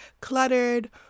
cluttered